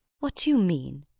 what do you mean?